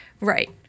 Right